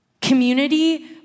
community